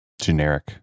generic